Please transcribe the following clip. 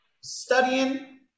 studying